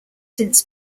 since